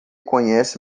conhece